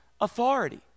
authority